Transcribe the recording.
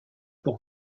pour